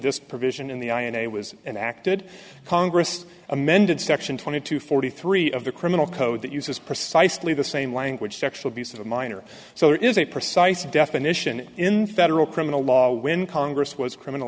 this provision in the ira was and acted congress amended section twenty two forty three of the criminal code that uses precisely the same language sexual abuse of a minor so there is a precise definition in federal criminal law when congress was criminal